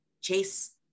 chase